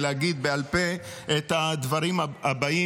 ולהגיד בעל פה את הדברים הבאים,